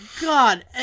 God